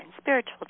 spiritual